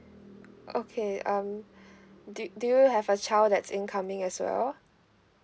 okay um do do you have a child that's in coming as well